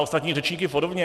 A na ostatní řečníky podobně.